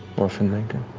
orphan maker.